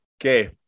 Okay